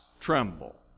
tremble